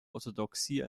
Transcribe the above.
orthodoxie